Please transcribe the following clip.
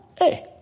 hey